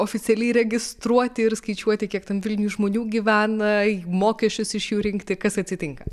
oficialiai registruoti ir skaičiuoti kiek tam vilniuj žmonių gyvena mokesčius iš jų rinkti kas atsitinka